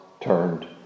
turned